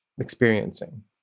experiencing